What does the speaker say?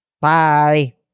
Bye